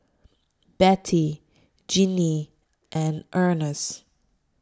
Bette Jinnie and Ernst